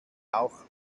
auch